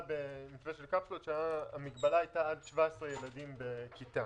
במתווה של קפסולות שהמגבלה הייתה עד 17 ילדים בכיתה.